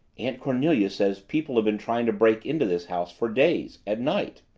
aunt cornelia says people have been trying to break into this house for days at night.